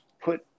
put